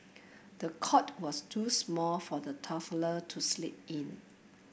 the cot was too small for the toddler to sleep in